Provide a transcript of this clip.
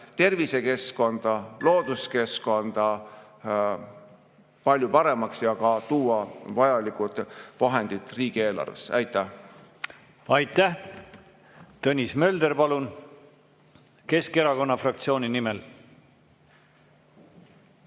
tervisekeskkond kui ka looduskeskkond palju puhtamaks, samuti tuua vajalikud vahendid riigieelarvesse. Aitäh! Aitäh! Tõnis Mölder, palun, Keskerakonna fraktsiooni nimel!